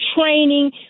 training